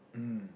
mm